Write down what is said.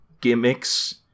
gimmicks